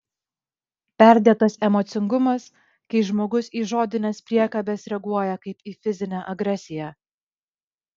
perdėtas emocingumas kai žmogus į žodines priekabes reaguoja kaip į fizinę agresiją